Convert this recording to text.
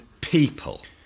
people